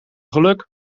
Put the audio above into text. geluk